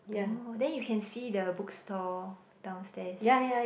oh then you can see the bookstore downstairs